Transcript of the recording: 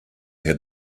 had